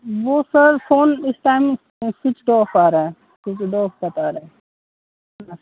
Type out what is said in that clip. वह sir phone उस time switched off आ रहा है बता रहा है